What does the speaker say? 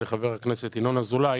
חבר הכנסת ינון אזולאי